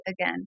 again